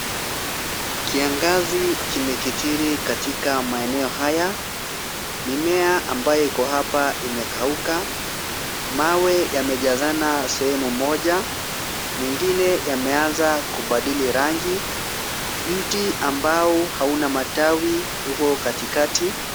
Kiangazi kimethiri katika maeneo haya. Mimea ambayo iko hapa inakauka. Mawe yamejazana sehemu moja, mengine yameanza kubadili rangi. Mti ambao hauna matawi uko katikati.